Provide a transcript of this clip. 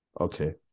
Okay